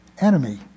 enemy